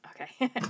Okay